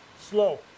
slow